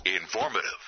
Informative